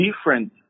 different